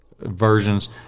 versions